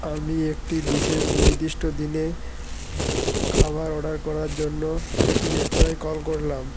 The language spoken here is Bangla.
আমি একটি বিশেষ নির্দিষ্ট দিনে খাওয়ার অর্ডার করার জন্য একটি রেস্তরাঁয় কল করলাম